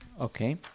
Okay